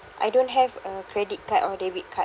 I don't have a credit card or debit card